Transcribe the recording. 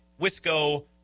Wisco